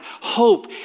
hope